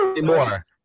more